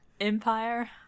Empire